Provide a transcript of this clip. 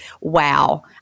wow